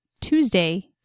Tuesday